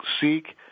seek